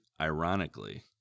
ironically